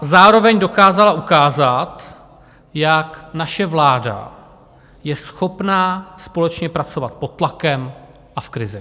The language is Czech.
Zároveň dokázala ukázat, jak naše vláda je schopná společně pracovat pod tlakem a v krizi.